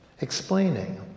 explaining